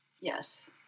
Yes